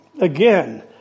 Again